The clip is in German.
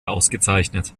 ausgezeichnet